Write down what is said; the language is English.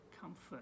comfort